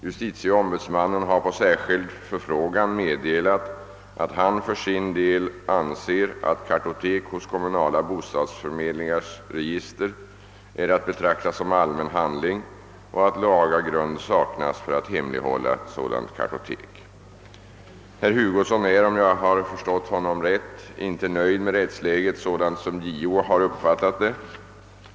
Justitieombudsmannen har på särskild förfrågan meddelat att han för sin del anser att kartotek hos kommunala bostadsförmedlingars register är att betrakta som allmän handling och att laga grund saknas för att hemlighålla sådant kartotek. Herr Hugosson är — om jag förstått honom rätt — inte nöjd med rättsläget sådant som JO har uppfattat det.